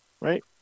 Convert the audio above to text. right